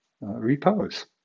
repose